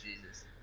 Jesus